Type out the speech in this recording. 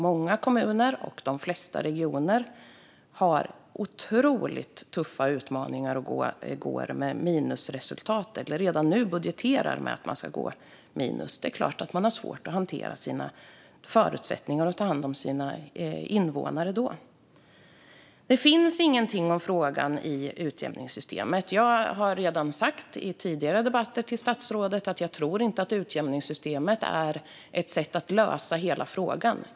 Många kommuner och de flesta regioner har otroligt tuffa utmaningar och går med minusresultat eller budgeterar för att gå med minus. Det är klart att man har svårt att hantera sina förutsättningar att ta hand om sina invånare då. Det finns ingenting om frågan i utredningen om utjämningssystemet. Jag har redan i tidigare debatter sagt till statsrådet att jag inte tror att utjämningssystemet är ett sätt att lösa hela frågan.